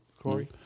Corey